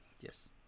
yes